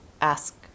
ask